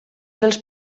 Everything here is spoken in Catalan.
dels